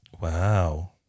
Wow